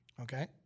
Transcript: Okay